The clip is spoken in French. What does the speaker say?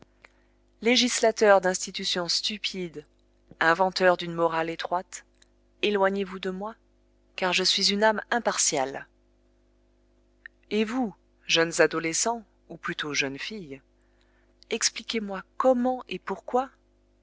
législateurs d'institutions stupides inventeurs d'une morale étroite éloignez-vous de moi car je suis une âme impartiale et vous jeunes adolescents ou plutôt jeunes filles expliquez-moi comment et pourquoi